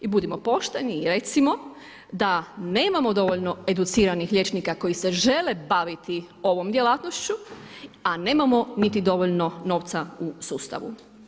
I budimo pošteni i recimo da nemamo dovoljno educiranih liječnika koji se žele baviti ovom djelatnošću, a nemamo niti dovoljno novca u sustavu.